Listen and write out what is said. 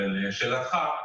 לשאלתך.